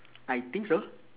I think so